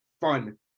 fun